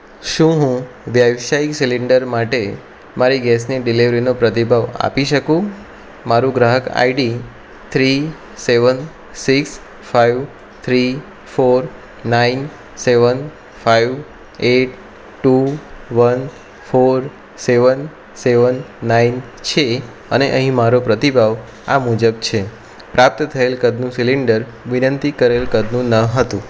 શું હું વ્યવસાઈ સિલિન્ડર માટે મારી ગેસની ડિલેવરીનો પ્રતિભાવ આપી શકું મારુ ગ્રાહક ID three seven six five three four nine seven five eight two one four seven seven nine છે અને અહીં મારો પ્રતિભાવ આ મુજબ છે પ્રાપ્ત થએલ કદનું સિલિન્ડર વિનંતી કરેલ કદનું ન હતું